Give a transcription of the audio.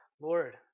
Lord